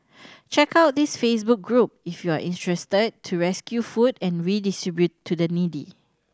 check out this Facebook group if you are interested to rescue food and redistribute to the needy